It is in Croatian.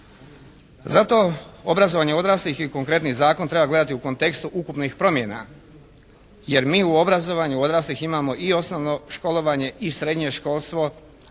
Zato obrazovanje odraslih i konkretni zakon treba gledati u kontekstu ukupnih promjena jer mi u obrazovanju odraslih imamo i osnovno školovanje i srednje školstvo,